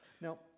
Now